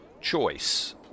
choice